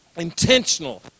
Intentional